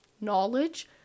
knowledge